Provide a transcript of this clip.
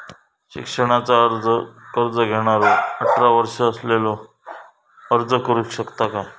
शिक्षणाचा कर्ज घेणारो अठरा वर्ष असलेलो अर्ज करू शकता काय?